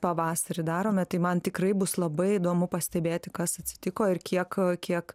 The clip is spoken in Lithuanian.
pavasarį darome tai man tikrai bus labai įdomu pastebėti kas atsitiko ir kiek kiek